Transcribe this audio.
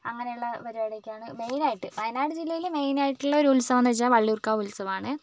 അങ്ങനെയുള്ള പരിപാടിയൊക്കെയാണ് മെയിൻ ആയിട്ട് വയനാട് ജില്ലയിൽ മെയിൻ ആയിട്ടുള്ള ഒരു ഉത്സവം എന്ന് വെച്ചാൽ വള്ളിയൂർക്കാവ് ഉത്സവമാണ്